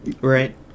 Right